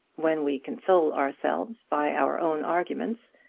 when we console ourselves by our own arguments,